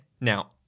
Now